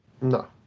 No